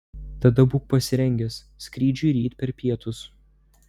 tada būk pasirengęs skrydžiui ryt per pietus